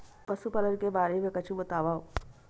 पशुपालन के बारे मा कुछु बतावव?